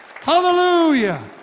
Hallelujah